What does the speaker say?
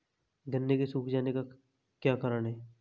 गन्ने के सूख जाने का क्या कारण है?